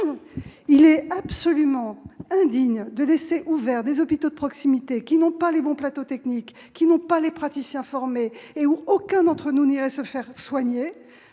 il est absolument indigne de laisser ouverts des hôpitaux de proximité qui n'ont pas les bons plateaux techniques, qui ne disposent pas de praticiens formés et où aucun d'entre nous n'irait se faire soigner